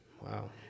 Wow